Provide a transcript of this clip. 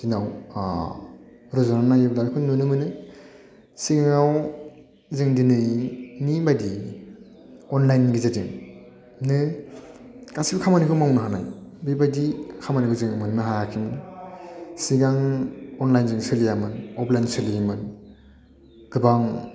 दिनाव रुजुनानै नायोब्ला बेखौनो नुनो मोनो सिगाङाव जों दिनैनिबादि अनलाइननि गेजेरजोंनो गासैबो खामानिखौ मावनो हानाय बेबायदि खामानिखौ जोङो मोननो हायाखैमोन सिगां अनलाइनजों सोलियामोन अफलाइन सोलियोमोन गोबां